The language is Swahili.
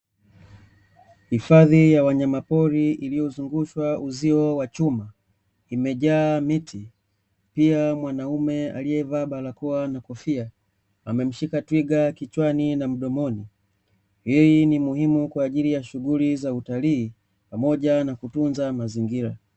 Hifadhi ya wanyama pori iliyozungushwa uzio wa chuma imejaa miti, pia mwanaume aliyevaa barakoa na kofia amemshika twiga kichwani na mdomoni, hii ni muhimu kwa ajili ya shughuli za utalii pamoja na kutunza mazingira.